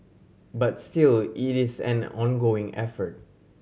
but still it is an ongoing effort